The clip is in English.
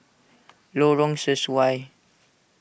Lorong Sesuai